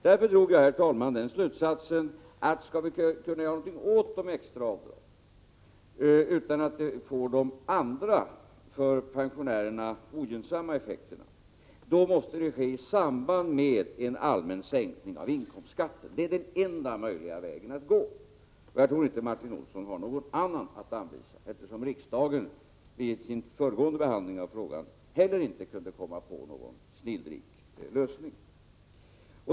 Därför drog jag, herr talman, följande slutsats: Skall vi kunna göra något åt det extra avdraget utan att det får de för pensionärerna ogynnsamma effekterna, måste det ske i samband med en allmän sänkning av inkomstskatten. Det är den enda möjliga vägen att gå. Jag tror inte att Martin Olsson har någon annan väg att anvisa, eftersom inte heller riksdagen vid sin föregående behandling av denna fråga kunde komma till någon snillrik lösning.